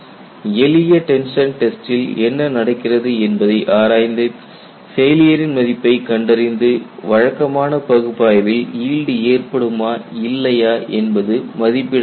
எளிய டென்ஷன் டெஸ்டில் என்ன நடக்கிறது என்பதை ஆராய்ந்து ஃபெயிலியர் மதிப்பைக் கண்டறிந்து வழக்கமான பகுப்பாய்வில் ஈல்டு ஏற்படுமா இல்லையா என்பது மதிப்பிடப்படுகிறது